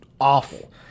awful